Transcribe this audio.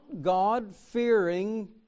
God-fearing